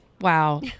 wow